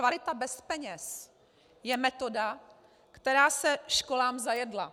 Kvalita bez peněz je metoda, která se školám zajedla.